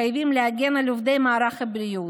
חייבים להגן על עובדי מערך הבריאות.